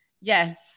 yes